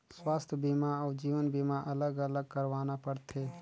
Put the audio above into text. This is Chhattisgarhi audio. स्वास्थ बीमा अउ जीवन बीमा अलग अलग करवाना पड़थे?